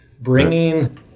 bringing